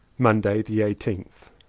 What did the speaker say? monday the eighteenth.